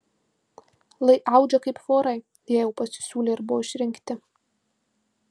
lai audžia kaip vorai jei jau pasisiūlė ir buvo išrinkti